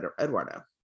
Eduardo